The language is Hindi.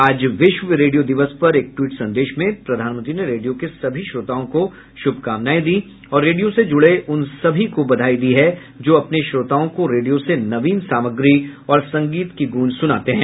आज विश्व रेडियो दिवस पर एक ट्वीट संदेश में प्रधानमंत्री ने रेडियो के सभी श्रोताओं को शुभकामनायें दीं और रेडियो से जुड़े उन सभी को बधाई दी है जो अपने श्रोताओं को रेडियो से नवीन सामग्री और संगीत की गूंज सुनाते हैं